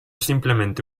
simplemente